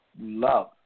love